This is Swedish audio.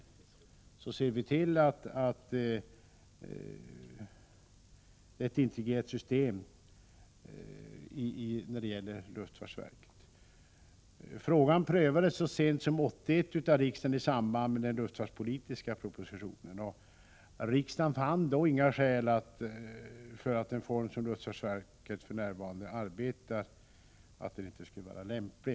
Frågan prövades så sent som 1981 av riksdagen i samband med den luftfartspolitiska propositionen. Riksdagen fann då inga skäl som talade för att den nuvarande formen för luftfartsverkets arbete inte skulle vara lämplig.